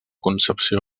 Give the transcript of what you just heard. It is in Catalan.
concepció